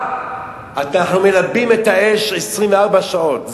אנחנו מלבים את האש 24 שעות,